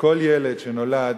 שכל ילד שנולד